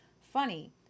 Funny